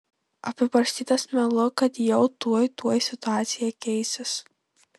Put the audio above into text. apibarstytas melu kad jau tuoj tuoj situacija keisis